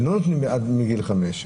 הם לא מגבילים עד גיל חמש,